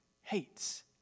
hates